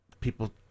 people